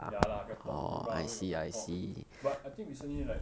ya lah breadtalk group lah where got breadtalk but I think recently like